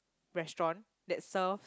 restaurant that serve